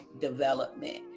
development